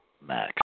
max